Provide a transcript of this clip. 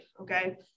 okay